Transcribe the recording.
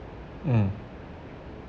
mm